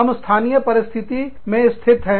हम स्थानीय परिस्थिति में स्थित हो